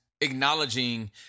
acknowledging